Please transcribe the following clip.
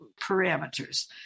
parameters